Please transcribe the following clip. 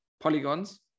polygons